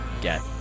get